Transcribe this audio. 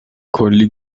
کلی